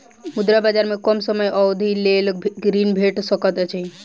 मुद्रा बजार में कम समय अवधिक लेल ऋण भेट सकैत अछि